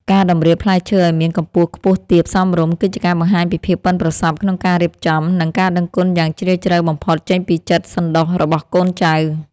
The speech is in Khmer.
ការតម្រៀបផ្លែឈើឱ្យមានកម្ពស់ខ្ពស់ទាបសមរម្យគឺជាការបង្ហាញពីភាពប៉ិនប្រសប់ក្នុងការរៀបចំ និង ការដឹងគុណយ៉ាងជ្រាលជ្រៅបំផុតចេញពីចិត្តសន្តោសរបស់កូនចៅ។